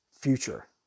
future